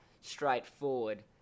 straightforward